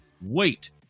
Wait